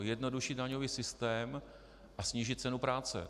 Jednodušší daňový systém a snížit cenu práce.